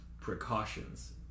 precautions